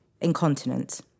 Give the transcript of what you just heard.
incontinence